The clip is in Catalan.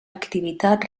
activitat